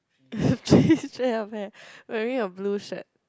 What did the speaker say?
three strand of hair wearing a blue shirt